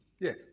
Yes